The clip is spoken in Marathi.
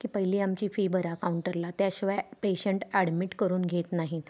की पहिली आमची फी भरा काउंटरला त्याशिवाय पेशंट ॲडमिट करून घेत नाही